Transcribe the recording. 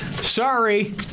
Sorry